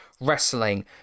wrestling